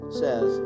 says